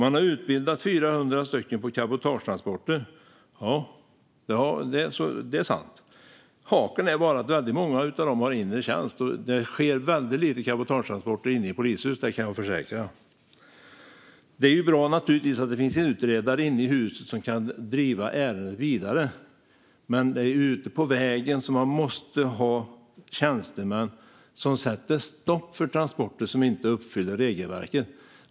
Man har utbildat 400 poliser på cabotagetransporter; det är sant. Haken är bara att väldigt många av dem har inre tjänst, och det sker väldigt lite cabotagetransporter inne i polishus, kan jag försäkra. Det är naturligtvis bra att det finns en utredare inne i huset som kan driva ärenden vidare. Men det är ute på vägen som man måste ha tjänstemän som sätter stopp för transporter som inte uppfyller regelverket.